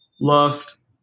lust